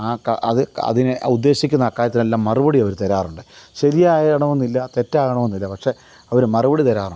ആ അത് അതിനെ ഉദ്ദേശിക്കുന്ന ആ കാര്യത്തിനെല്ലാം മറുപടിയവര് തരാറുണ്ട് ശരിയാകണമെന്നില്ല തെറ്റാകണമെന്നില്ല പക്ഷെ അവര് മറുപടി തരാറുണ്ട്